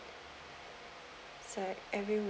so like every